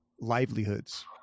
livelihoods